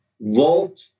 volt